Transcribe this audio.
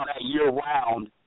year-round